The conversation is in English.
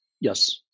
Yes